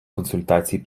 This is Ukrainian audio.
консультацій